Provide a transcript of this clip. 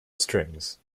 strings